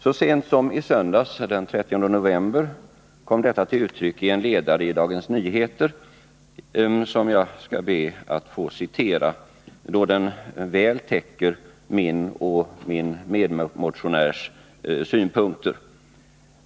Så sent som i söndags, den 30 november, kom detta till uttryck i en ledare i Dagens Nyheter, som jag skall be att få citera, då den väl täcker min och min medmotionärs synpunkter.